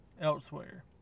elsewhere